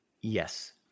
Yes